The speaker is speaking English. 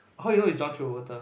how you know is John Travolta